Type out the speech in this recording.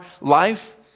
life